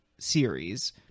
series